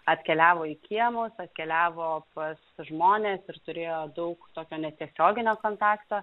atkeliavo į kiemus atkeliavo pas žmones ir turėjo daug tokio net tiesioginio kontakto